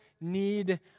need